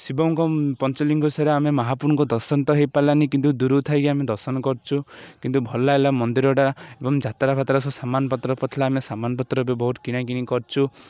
ଶିବଙ୍କ ପଞ୍ଚଲିଙ୍ଗେଶ୍ୱର ଆମେ ମାହାପୁରୁଙ୍କୁ ଦର୍ଶନ ତ ହେଇପାରିଲାନି କିନ୍ତୁ ଦୂରରୁ ଥାଇକି ଆମେ ଦର୍ଶନ କରିଛୁ କିନ୍ତୁ ଭଲ ଲାଗିଲା ମନ୍ଦିରଟା ଏବଂ ଯାତ୍ରା ଫାତ୍ରା ସବୁ ସାମାନ ପତ୍ର ପଡ଼ିଥିଲା ଆମେ ସାମାନ ପତ୍ର ବି ବହୁତ କିଣାକିଣି କରିଛୁ